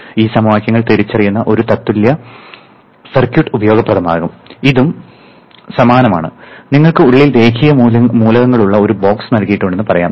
ഈ സമവാക്യങ്ങൾ തിരിച്ചറിയുന്ന ഒരു തത്തുല്യ സർക്യൂട്ട് ഉപയോഗപ്രദമാകും ഇതും സമാനമാണ് നിങ്ങൾക്ക് ഉള്ളിൽ രേഖീയ മൂലകങ്ങളുള്ള ഒരു ബോക്സ് നൽകിയിട്ടുണ്ടെന്ന് പറയാം